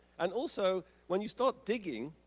and also, when you start digging,